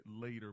later